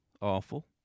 awful